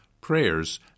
prayers